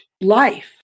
life